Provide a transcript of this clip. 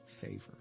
favor